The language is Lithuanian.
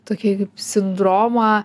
tokį kaip sindromą